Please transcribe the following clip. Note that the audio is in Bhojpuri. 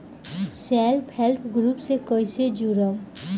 सेल्फ हेल्प ग्रुप से कइसे जुड़म?